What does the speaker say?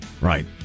Right